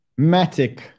Matic